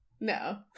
No